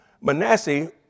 Manasseh